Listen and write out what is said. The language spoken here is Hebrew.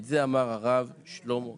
את זה אמר הרב שלמה קרליבך.